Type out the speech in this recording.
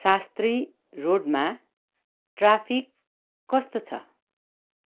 शास्त्री रोडमा ट्राफिक कस्तो छ